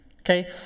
Okay